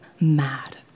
mad